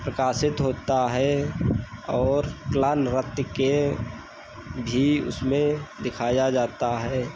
प्रकाशित होता है और के भी उसमें दिखाया जाता है